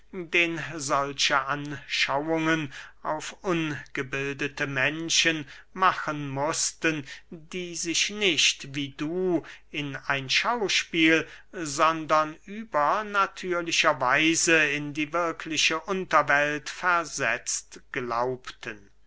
den solche anschauungen auf ungebildete menschen machen mußten die sich nicht wie du in ein schauspiel sondern übernatürlicher weise in die wirkliche unterwelt versetzt glaubten